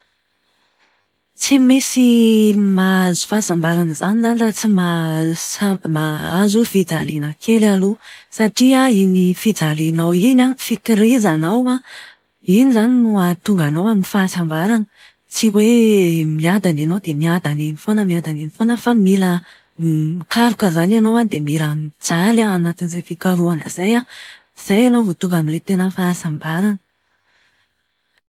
Tsy misy mahazo fahasambarana izany izany raha tsy mahasa- mahazo fijaliana kely aloha. Satria iny fijalianao iny an, fikirizanao, iny izany no ahatonga anao amin'ny fahasambarana. Tsy hoe miadana ianao dia miadana eny foana miadana eny foana fa mila mikaroka izany ianao an, dia mila mijaly ao anatin'izay fikarohana izay. Izay ianao vao tonga amin'ilay tena fahasambarana.